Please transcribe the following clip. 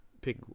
pick